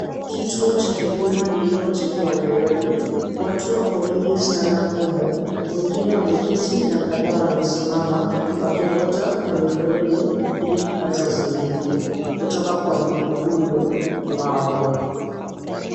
Kituo cha huduma iliyo mjini wa Nairobi. Watu wako wengi sana humo, wengine wameketi na kadhaa wamesimama wakingoja kwenye foleni ili kupata usaidizi kutoka kwa mhudumu wao.